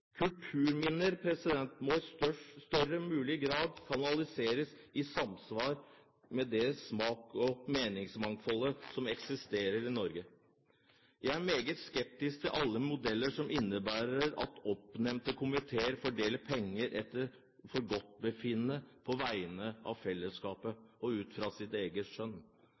må i størst mulig grad kanaliseres i samsvar med det smaks- og meningsmangfoldet som eksisterer i Norge. Jeg er meget skeptisk til alle modeller som innebærer at oppnevnte komiteer på vegne av fellesskapet fordeler penger etter eget forgodtbefinnende og ut fra sitt eget skjønn.